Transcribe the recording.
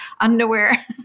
underwear